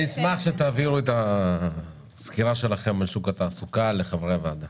אשמח שתעבירו את הסקירה שלכם על שוק התעסוקה לחברי הוועדה.